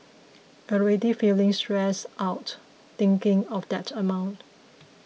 already feeling stressed out thinking of that amount